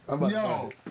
Yo